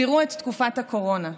תראו את תקופת הקורונה.